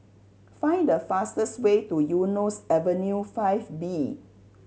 find the fastest way to Eunos Avenue Five B